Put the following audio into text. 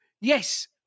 Yes